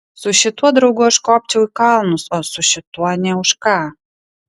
su šituo draugu aš kopčiau į kalnus o su šituo nė už ką